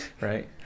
Right